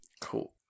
Cool